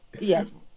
yes